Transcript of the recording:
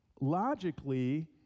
logically